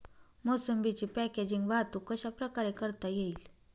मोसंबीची पॅकेजिंग वाहतूक कशाप्रकारे करता येईल?